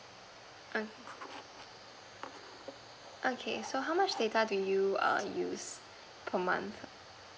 mm okay so how much data do you err use per month